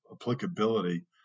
applicability